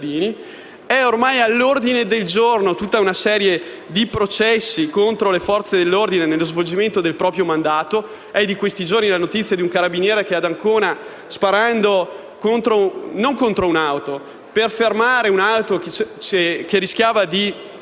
è ormai all'ordine del giorno una serie di processi contro le Forze dell'ordine nello svolgimento del proprio mandato. Ad esempio, è di questi giorni la notizia di un carabiniere che ad Ancona, sparando per fermare un'auto che rischiava di